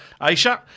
Aisha